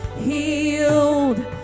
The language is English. healed